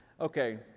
Okay